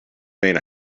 main